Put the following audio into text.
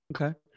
Okay